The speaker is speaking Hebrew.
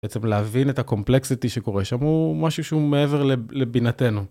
בעצם להבין את הקומפלקסיטי שקורה שם הוא משהו שהוא מעבר לבינתנו.